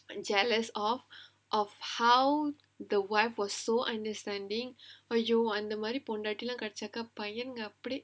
and jealous of of how the wife was so understanding !aiyo! அந்த மாதிரி பொண்டாட்டிலாம் கிடை ச்சாக்கா பையனுங்க அப்படியே:andha maathiri pondaattilaam kidaichaakkaa paiyanunga apadiyae